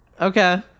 Okay